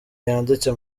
yanditse